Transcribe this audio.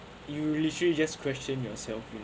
you literally just question yourself you